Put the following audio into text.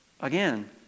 Again